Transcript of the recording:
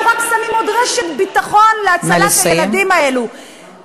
אנחנו רק שמים עוד רשת ביטחון להצלת הילדים האלה.